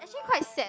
actually quite sad